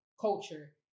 culture